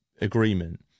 agreement